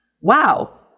wow